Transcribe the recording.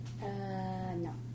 No